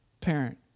parent